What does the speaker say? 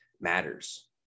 matters